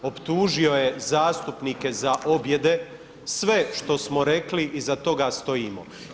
Optužio je zastupnike za objede sve što smo rekli, iza toga stojimo.